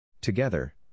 Together